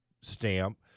stamp